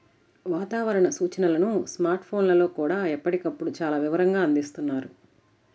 వాతావరణ సూచనలను స్మార్ట్ ఫోన్లల్లో కూడా ఎప్పటికప్పుడు చాలా వివరంగా అందిస్తున్నారు